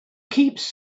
keeps